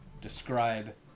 describe